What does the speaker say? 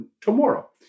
tomorrow